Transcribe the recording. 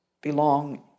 belong